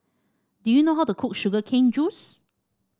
do you know how to cook Sugar Cane Juice